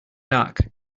dark